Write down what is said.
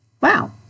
Wow